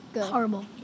Horrible